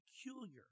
peculiar